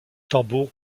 tambour